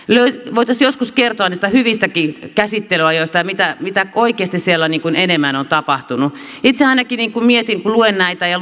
voitaisiin joskus kertoa niistä hyvistäkin käsittelyajoista ja siitä mitä oikeasti siellä enemmän on tapahtunut itse ainakin mietin kun luen näitä ja